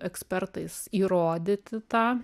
ekspertais įrodyti tą